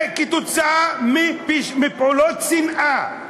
כתוצאה מפעולות שנאה?